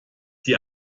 die